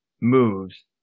moves